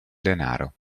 denaro